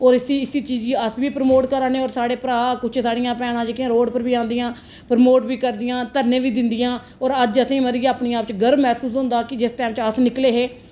और इसी चीज गी अस बी प्रमोट करा दे और साढ़े भ्रा कुछ साढ़ियां भैना जेहकियां रोड उप्पर बी आंदिया प्रमोट बी करदियां धरने बी दिंदया और अज्ज असेंगी इस करियै अपने आप च गर्व महसूस होंदा कि जिस टाइम च अस निकले हे